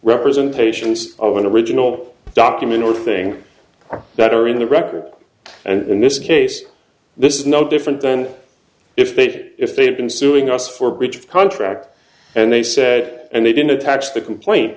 representations of an original document or thing that are in the record and in this case this is no different than if they if they have been suing us for breach of contract and they said and they didn't attach the complain